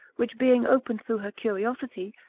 which being opened through her curiosity,